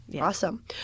Awesome